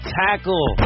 tackle